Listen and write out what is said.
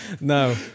No